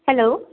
hello